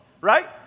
right